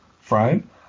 frame